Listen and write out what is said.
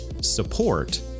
support